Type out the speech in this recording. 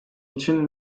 için